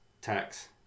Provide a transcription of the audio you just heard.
tax